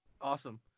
Awesome